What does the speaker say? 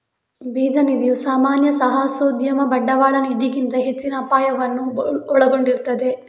ಬೀಜ ನಿಧಿಯು ಸಾಮಾನ್ಯ ಸಾಹಸೋದ್ಯಮ ಬಂಡವಾಳ ನಿಧಿಗಿಂತ ಹೆಚ್ಚಿನ ಅಪಾಯವನ್ನು ಒಳಗೊಂಡಿರುತ್ತದೆ